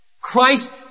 Christ